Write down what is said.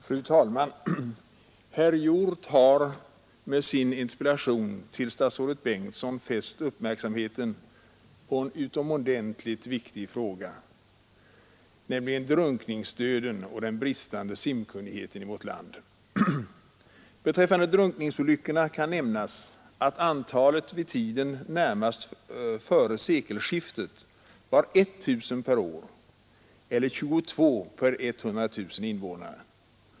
Fru talman! Herr Hjorth har med sin interpellation till statsrådet Bengtsson fäst uppmärksamheten på en utomordentligt viktig fråga, nämligen drunkningsdöden och den bristande simkunnigheten i vårt land. Beträffande drunkningsolyckorna kan nämnas att antalet sådana olyckor vid tiden närmast före sekelskiftet var 1 000 per år eller 22 per 100 000 invånare.